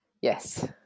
Yes